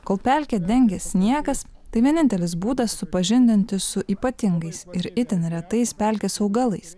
kol pelkę dengė sniegas tai vienintelis būdas supažindinti su ypatingais ir itin retais pelkės augalais